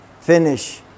finish